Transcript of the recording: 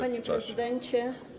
Panie Prezydencie!